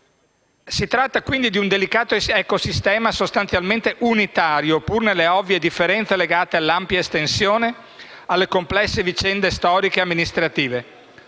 Si tratta, quindi, di un delicato ecosistema sostanzialmente unitario, pur nelle ovvie differenze legate all'ampia estensione e alle complesse vicende storiche e amministrative.